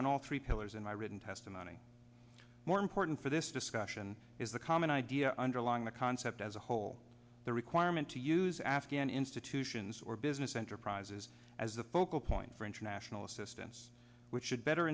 on all three pillars in my written testimony more important for this discussion is the common idea underlying the concept as a whole the requirement to use afghan institutions or business enterprises as a focal point for international assistance which should better